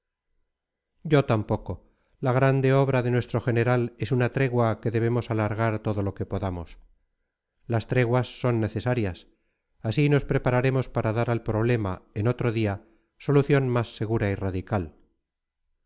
yo tampoco la grande obra de nuestro general es una tregua que debemos alargar todo lo que podamos las treguas son necesarias así nos prepararemos para dar al problema en otro día solución más segura y radical